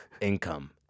income